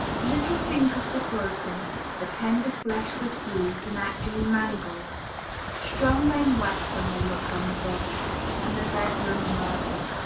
the little fingers were broken the tender flesh was bruised and actually mangled strong men wept when they looked on the body and the reverend murderer,